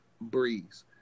breeze